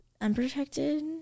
unprotected